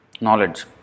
knowledge